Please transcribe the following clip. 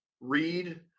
read